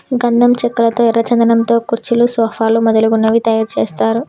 గంధం చెక్కల్లో ఎర్ర చందనం తో కుర్చీలు సోఫాలు మొదలగునవి తయారు చేస్తారు